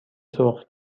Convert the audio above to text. سرخ